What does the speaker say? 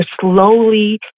slowly